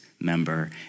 member